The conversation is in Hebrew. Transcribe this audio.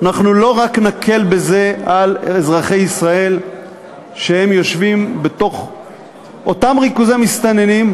אנחנו לא רק נקל בזה על אזרחי ישראל שיושבים בתוך אותם ריכוזי מסתננים,